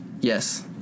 yes